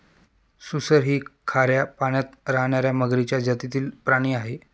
सुसर ही खाऱ्या पाण्यात राहणार्या मगरीच्या जातीतील प्राणी आहे